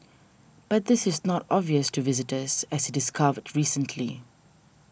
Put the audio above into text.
but this is not obvious to visitors as discovered recently